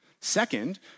Second